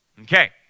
okay